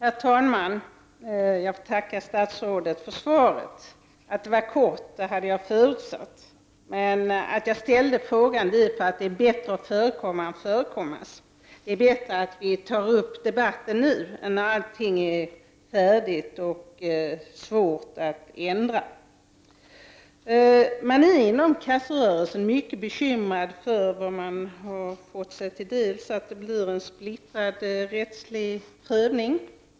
Herr talman! Jag får tacka statsrådet för svaret. Att det skulle vara kort hade jag förutsatt. Anledningen till att jag ställde frågan var att det är bättre att förekomma än att förekommas. Det är bättre att vi tar upp debatten nu innan allting är färdigt och svårt att ändra på. Man är inom kasserörelsen mycket bekymrad över vad man fått ta del av om en splittrad rättslig prövning.